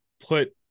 put